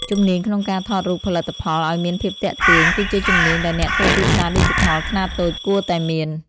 ជំនាញក្នុងការថតរូបផលិតផលឱ្យមានភាពទាក់ទាញ គឺជាជំនាញដែលអ្នកធ្វើទីផ្សារឌីជីថលខ្នាតតូចគួរតែមាន។